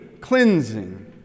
cleansing